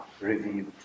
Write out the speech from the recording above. revealed